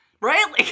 Right